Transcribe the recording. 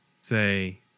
say